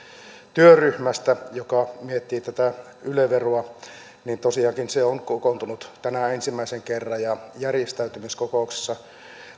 työryhmästä joka miettii tätä yle veroa niin tosiaankin se on kokoontunut tänään ensimmäisen kerran ja järjestäytymiskokouksessa